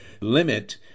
limit